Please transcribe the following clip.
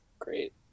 Great